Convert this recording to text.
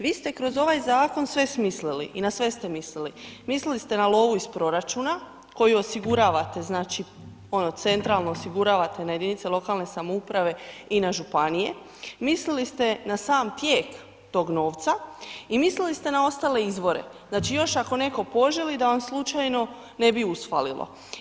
Vi ste kroz ovaj zakon sve smislili i na sve ste mislili, mislili ste na lovu iz proračuna koji osiguravate, znači, ono centralno osiguravate na jedinice lokalne samouprave i županije, mislili ste na sam tijek tog novca i mislili ste na ostale izvore, znači, još ako netko poželi da vam slučajno ne bi usfalilo.